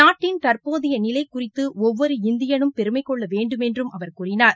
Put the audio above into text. நாட்டின் தற்போதைய நிலை குறிதது ஒவ்வொரு இந்தியனும் பெருமை கொள்ள வேண்டுமென்றும் அவர் கூறினார்